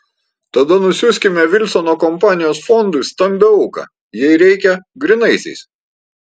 tada nusiųskime vilsono kampanijos fondui stambią auką jei reikia grynaisiais